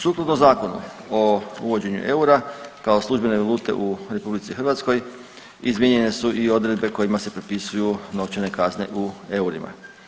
Sukladno Zakonu o uvođenju eura kao službene valute u RH izmijenjene su i odredbe kojima se propisuju novčane kazne u eurima.